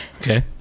Okay